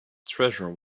treasure